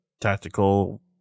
tactical